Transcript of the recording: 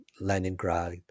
Leningrad